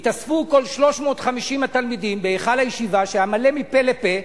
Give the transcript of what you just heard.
התאספו כל 350 התלמידים בהיכל הישיבה שהיה מלא מפה לפה.